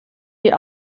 die